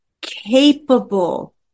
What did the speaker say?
capable